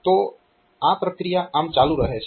તો આ પ્રક્રિયા આમ ચાલું રહે છે